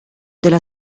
della